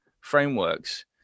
frameworks